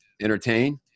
entertain